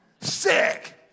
sick